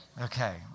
Okay